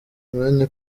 umwanya